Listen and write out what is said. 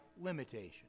limitation